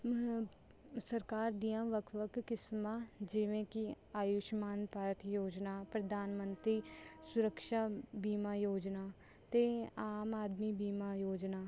ਸਰਕਾਰ ਦੀਆਂ ਵੱਖ ਵੱਖ ਕਿਸਮਾਂ ਜਿਵੇਂ ਕਿ ਆਯੂਸ਼ਮਾਨ ਭਾਰਤ ਯੋਜਨਾ ਪ੍ਰਧਾਨ ਮੰਤਰੀ ਸੁਰੱਕਸ਼ਾ ਬੀਮਾ ਯੋਜਨਾ ਅਤੇ ਆਮ ਆਦਮੀ ਬੀਮਾ ਯੋਜਨਾ